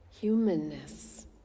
humanness